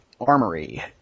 Armory